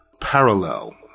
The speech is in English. parallel